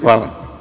Hvala.